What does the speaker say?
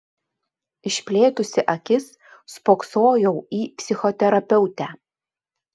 išplėtusi akis spoksojau į psichoterapeutę